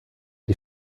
die